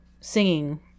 singing